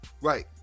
Right